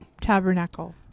tabernacle